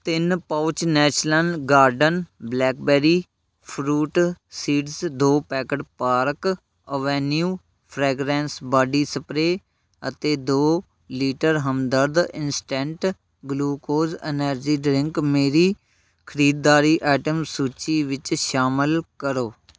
ਤਿੰਨ pouch national garden blackberry fruit seeds ਦੋ packet park avenue fragrance body spray ਅਤੇ ਦੋ litre Hamdard instant glucose energy drink ਮੇਰੀ ਖਰੀਦਦਾਰੀ ਆਈਟਮ ਸੂਚੀ ਵਿੱਚ ਸ਼ਾਮਲ ਕਰੋ